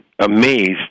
amazed